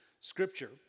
scripture